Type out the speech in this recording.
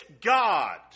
God